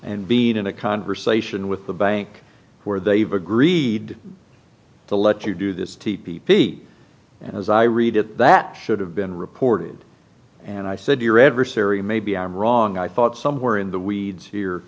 and beat in a conversation with the bank where they've agreed to let you do this t p p and as i read it that should have been reported and i said your adversary maybe i'm wrong i thought somewhere in the weeds here